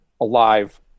alive